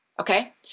Okay